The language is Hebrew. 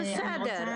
זה בסדר,